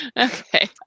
Okay